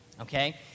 Okay